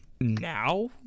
now